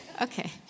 Okay